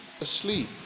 asleep